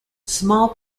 small